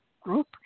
group